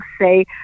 say